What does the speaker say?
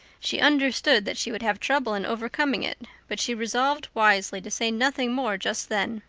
she understood that she would have trouble in overcoming it but she re-solved wisely to say nothing more just then.